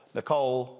Nicole